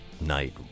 night